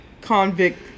Convict